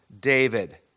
David